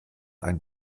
ein